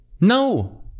no